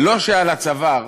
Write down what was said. לא שעל הצוואר